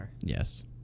Yes